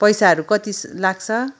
पैसाहरू कति लाग्छ